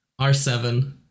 R7